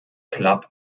club